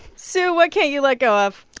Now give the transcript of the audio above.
sue, what can't you let go of?